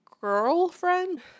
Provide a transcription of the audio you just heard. girlfriend